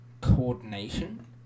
coordination